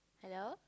hello